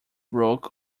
broke